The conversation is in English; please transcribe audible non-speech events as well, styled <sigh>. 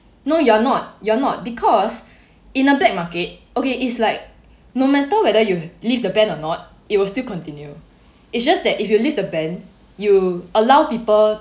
no you're not you're not because <breath> in a black market okay is like no matter whether you lift the ban or not it will still continue it's just that if you lift the ban you allow people